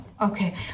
okay